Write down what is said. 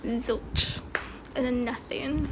and then zilch and then nothing